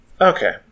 Okay